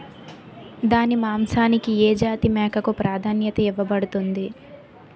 దాని మాంసానికి ఏ జాతి మేకకు ప్రాధాన్యత ఇవ్వబడుతుంది?